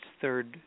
third